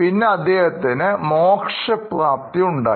പിന്നെ മോക്ഷപ്രാപ്തി ഉണ്ടായി